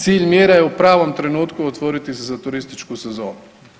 Cilj mjera je u pravom trenutku otvoriti se za turističku sezonu.